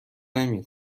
نمی